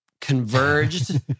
converged